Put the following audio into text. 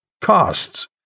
costs